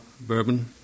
bourbon